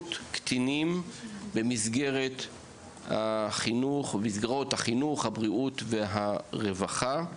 מוגנות קטינים במסגרות החינוך, הבריאות והרווחה.